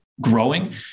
growing